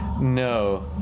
No